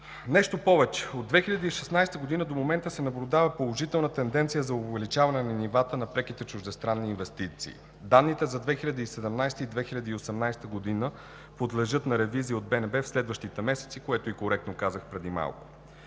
Нещо повече: от 2016 г. досега се наблюдава положителна тенденция за увеличаване нивата на преките чуждестранни инвестиции. Данните за 2017 и 2018 г. подлежат на ревизия от БНБ в следващите месеци, което коректно казах преди малко.